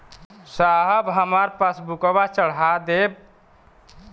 साहब हमार पासबुकवा चढ़ा देब?